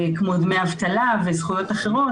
כמו דמי אבטלה וזכויות אחרות,